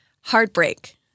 Heartbreak